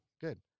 good